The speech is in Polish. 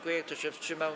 Kto się wstrzymał?